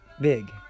big